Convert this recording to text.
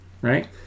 right